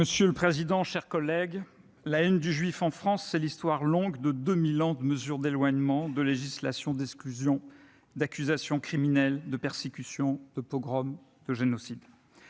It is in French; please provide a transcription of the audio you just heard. Monsieur le président, chers collègues, la haine du juif en France, c'est l'histoire longue de deux mille ans de mesures d'éloignement, de législations d'exclusion, d'accusations criminelles, de persécutions, de pogroms et de génocides.